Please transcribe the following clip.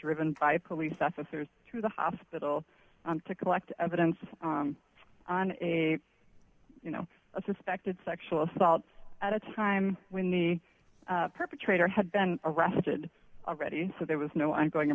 driven by police officers to the hospital to collect evidence on a you know a suspected sexual assault at a time when the perpetrator had been arrested ready so there was no i'm going